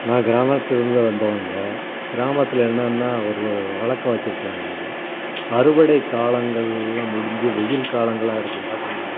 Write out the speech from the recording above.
நான் கிராமத்துலேருந்து வந்தவங்க கிராமத்தில் என்னன்னா ஒரு வழக்கம் வச்சிருக்காங்கங்க அறுவடைக்காலங்கள்லாம் முடிஞ்சு வெயில் காலங்களாக இருக்கும் பார்த்தீங்களா